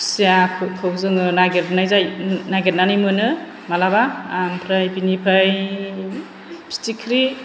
खुसियाफोरखौ जोङो नागिरनाय जायो नागिरनानै मोनो मालाबा आमफ्राइ बिनिफ्राइ फिथिख्रि